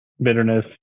bitterness